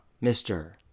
Mister